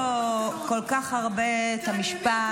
כי אנחנו שומעים פה כל כך הרבה את המשפט: